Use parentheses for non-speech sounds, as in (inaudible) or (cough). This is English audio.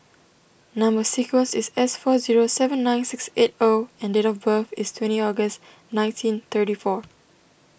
Number Sequence is S four zero seven nine six eight O and date of birth is twenty August nineteen thirty four (noise)